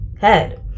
head